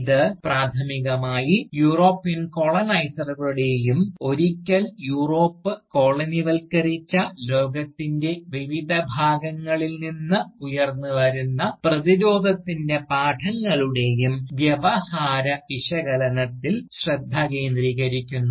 ഇത് പ്രാഥമികമായി യൂറോപ്യൻ കോളനൈസറുകളുടെയും ഒരിക്കൽ യൂറോപ്പ് കോളനിവത്കരിച്ച ലോകത്തിൻറെ വിവിധ ഭാഗങ്ങളിൽ നിന്ന് ഉയർന്നുവരുന്ന പ്രതിരോധത്തിൻറെ പാഠങ്ങളുടെയും വ്യവഹാര വിശകലനത്തിൽ ശ്രദ്ധ കേന്ദ്രീകരിക്കുന്നു